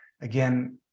Again